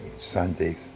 Sundays